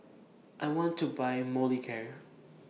I want to Buy Molicare